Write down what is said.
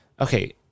okay